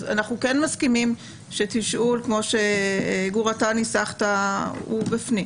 אנחנו כן מסכימים שתשאול כמו שגור ניסח הוא בפנים.